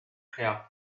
care